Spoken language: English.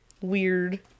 weird